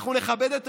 אנחנו נכבד את רצונו,